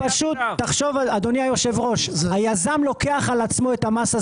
אדוני היושב ראש, היזם ממילא